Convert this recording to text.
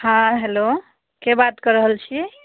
हँ हेलो केँ बात कऽ रहल छियै